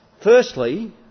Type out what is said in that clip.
Firstly